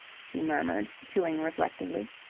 she murmured, chewing reflectively.